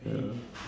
oh